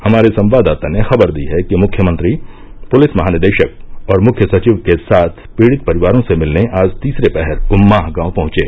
हमारे संवाददाता ने खबर दी है कि मुख्यमंत्री पुलिस महानिदेशक और मुख्य सचिव के साथ पीड़ित परिवारों से मिलने आज तीसरे पहर उम्माह गांव पहुंचे